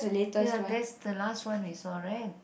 ya that's the last one we saw right